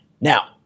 Now